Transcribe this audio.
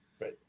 Right